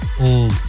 old